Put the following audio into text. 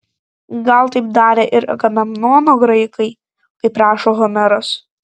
gal taip darė ir agamemnono graikai kaip rašo homeras